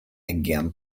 again